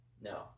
No